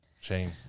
Shame